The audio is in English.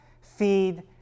feed